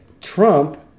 Trump